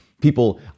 people